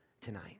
tonight